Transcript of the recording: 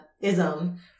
ism